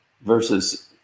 versus